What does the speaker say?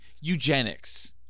eugenics